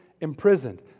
imprisoned